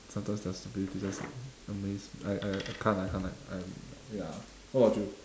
sometimes their stupidity just amaze me I I I can't I can't I ya what about you